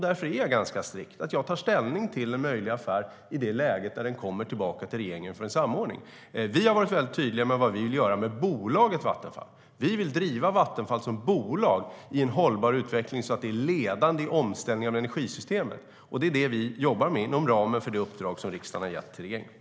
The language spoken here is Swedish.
Därför håller jag ganska strikt på att jag tar ställning till en möjlig affär i det läge då den kommer tillbaka till regeringen för samordning. Vi har varit tydliga med vad vi vill med bolaget Vattenfall. Vi vill driva Vattenfall som bolag i en hållbar utveckling så att det blir ledande i omställningen av energisystemet. Det är det vi jobbar med inom ramen för det uppdrag som riksdagen har gett till regeringen.